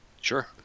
Sure